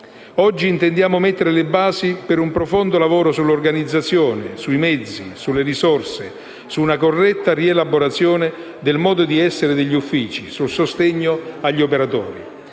Oggi intendiamo mettere le basi per un profondo lavoro sull'organizzazione, sui mezzi, sulle risorse, su una corretta rielaborazione del modo di essere degli uffici e sul sostegno agli operatori.